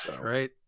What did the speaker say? Right